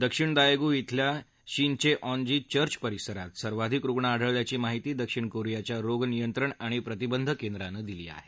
दक्षिण दायेगु इथल्या Shincheonji church परिसरात सर्वाधिक रुग्ण आढळल्याची माहिती दक्षिण कोरियाच्या रोग नियंत्रण आणि प्रतिबंध केंद्रानं दिली आहे